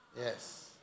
yes